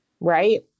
right